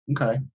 Okay